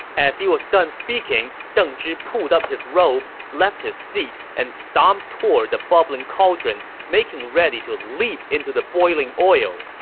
he was done speaking, deng zhi pulled up his robes, left his seat, and stomped toward the bubbling cauldron, making ready to leap into the boiling oil.